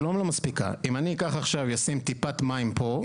אם אני אשים עכשיו טיפת מים פה,